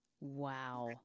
Wow